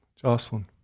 Jocelyn